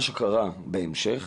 מה שקרה בהמשך,